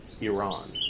Iran